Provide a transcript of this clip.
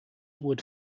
would